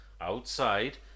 outside